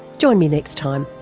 join me next time.